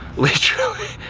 literally,